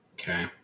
Okay